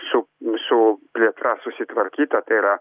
su mūsų plėtra susitvarkyta tai yra